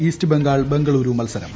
east Bengal Bengaluru മത്സരം